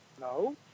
No